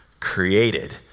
created